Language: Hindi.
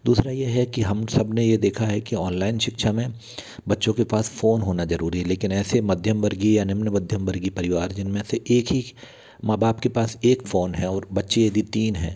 दूसरा ये है कि हम सब ने ये देखा है कि ऑनलाइन शिक्षा में बच्चों के पास फ़ोन होना ज़रूरी है लेकिन ऐसे मध्यम वर्गीय निम्न मध्यम वर्गीय परिवार जिन में से एक ही माँ बाप के पास एक फ़ोन है और बच्चे यदि तीन है